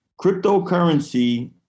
Cryptocurrency